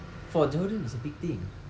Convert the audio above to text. for jordan it's a big thing